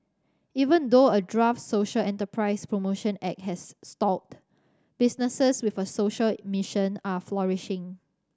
even though a draft social enterprise promotion act has stalled businesses with a social mission are flourishing